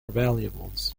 valuables